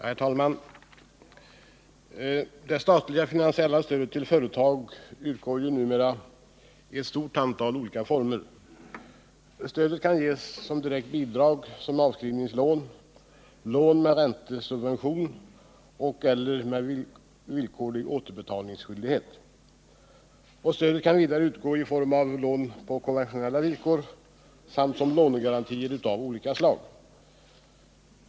Herr talman! Det statliga finansiella stödet till företag utgår numera i ett stort antal olika former. Stödet kan ges som direkt bidrag, avskrivningslån, lån med räntesubvention och/eller med villkorlig återbetalningsskyldighet. Stödet kan vidare utgå i form av lån på konventionella villkor samt som lånegarantier av olika slag.